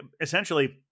essentially